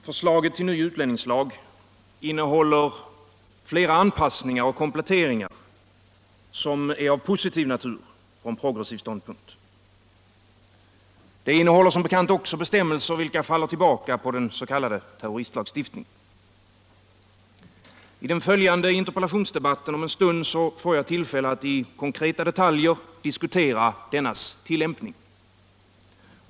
Herr talman! Förslaget till ny utlänningslag innehåller flera anpassningar och kompletteringar som är av positiv natur från progressiv ståndpunkt. Det innehåller som bekant också bestämmelser vilka faller tillbaka på den s.k. terroristlagstiftningen. I den följande interpellationsdebatten får jag om en stund tillfälle att i konkreta detaljer diskutera denna tilllämpning.